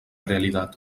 realidad